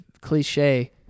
cliche